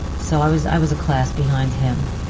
so i was i was a class behind him.